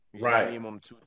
Right